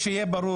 שיהיה ברור,